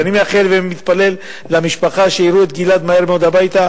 ואני מאחל למשפחה ומתפלל שיראו את גלעד מהר מאוד בבית,